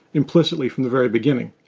implicitly from the very beginning.